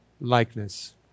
likeness